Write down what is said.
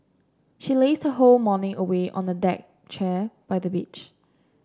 she lazed her whole morning away on a deck chair by the beach